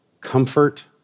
comfort